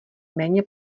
méně